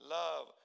love